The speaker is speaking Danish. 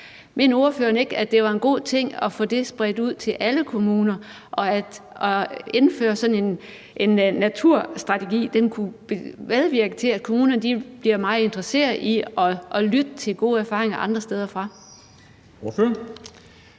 det var en god ting at få det spredt ud til alle kommuner, og at det at indføre sådan en naturstrategi kunne medvirke til, at kommunerne blev meget interesseret i at lytte til gode erfaringer andre steder fra?